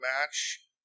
match